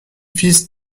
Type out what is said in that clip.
fils